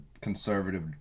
conservative